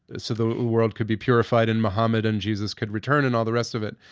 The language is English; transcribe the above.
so the world could be purified and mohammad and jesus could return and all the rest of it.